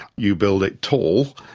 you build it tall,